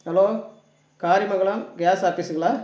hello Karimangalam gas ஆபீஸுங்களா